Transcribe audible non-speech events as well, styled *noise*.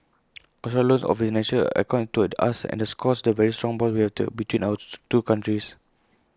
Australia's loan of its national icon to us underscores the very strong bonds we have to between our *noise* two countries